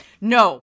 No